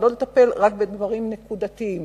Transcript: ולא לטפל רק בדברים נקודתיים,